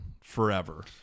forever